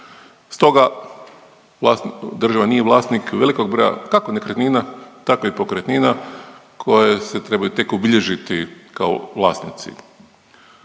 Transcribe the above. Stoga, država nije vlasnik velikog broja kako nekretnina, tako i pokretnina koje se trebaju tek obilježiti kao vlasnici.